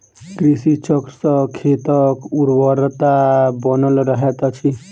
कृषि चक्र सॅ खेतक उर्वरता बनल रहैत अछि